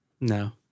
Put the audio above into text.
No